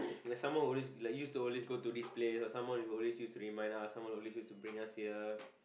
like someone who always like use to always go to this place or someone who always use to remind us or someone always use to bring us here